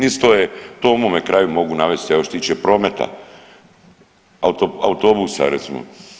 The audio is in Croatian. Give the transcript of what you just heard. Isto je to i u mome kraju mogu navesti evo što se tiče prometa, autobusa recimo.